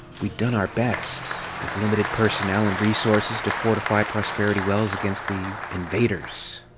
we'd done our best, with limited personnel and resources to fortify prosperity wells against the invaders.